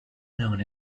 known